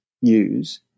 use